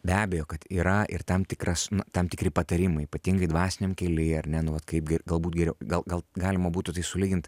be abejo kad yra ir tam tikras tam tikri patarimai ypatingai dvasiniam kely ar ne nu vat kaip galbūt geriau gal gal galima būtų tai sulygint